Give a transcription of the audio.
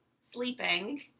sleeping